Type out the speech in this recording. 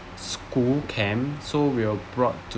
school camp so we were brought